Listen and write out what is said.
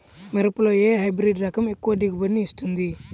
మిరపలో ఏ హైబ్రిడ్ రకం ఎక్కువ దిగుబడిని ఇస్తుంది?